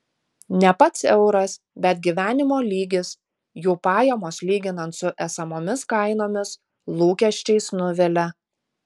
ne pats euras bet gyvenimo lygis jų pajamos lyginant su esamomis kainomis lūkesčiais nuvilia